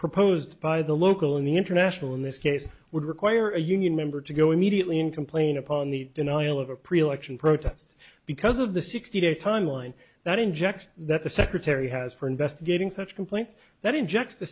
proposed by the local and the international in this case would require a union member to go immediately and complain upon the denial of a pre election protest because of the sixty day timeline that injects that the secretary has for investigating such complaints that injects the